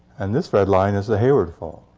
and this red line is the hayward fault.